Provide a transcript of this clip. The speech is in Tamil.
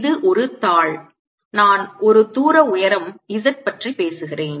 இது ஒரு தாள் நான் ஒரு தூர உயரம் z பற்றி பேசுகிறேன்